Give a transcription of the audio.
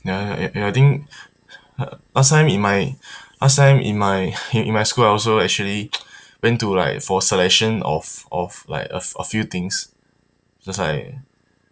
ya ya ya ya I think last in my last time in my in in my school I also actually went to like for selection of of like a f~ a few things just like